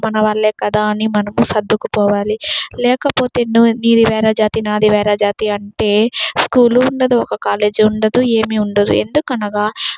మనవాళ్లే కదా అని మనం సర్దుకు పోవాలి లేకపోతే నో నీది వేరే జాతి నాది వేరే జాతి అంటే ఒక స్కూలు ఉండదు ఒక కాలేజీ ఉండదు ఏమీ ఉండదు ఎందుకనగా